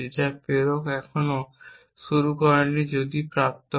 যা প্রেরক এখনও শুরু করেনি যদিও প্রাপ্ত হয়